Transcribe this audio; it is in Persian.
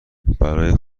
برای